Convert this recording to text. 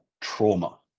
trauma